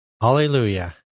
Hallelujah